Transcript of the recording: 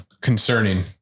Concerning